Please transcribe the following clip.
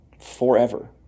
Forever